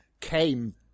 came